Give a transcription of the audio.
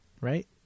Right